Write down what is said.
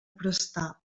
prestar